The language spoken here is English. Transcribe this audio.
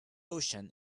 ocean